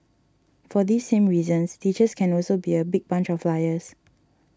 for these same reasons teachers can also be a big bunch of liars